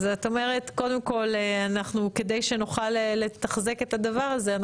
אז את אומרת קודם כל כדי שנוכל לתחזק את הדבר הזה,